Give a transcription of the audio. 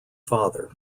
father